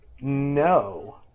No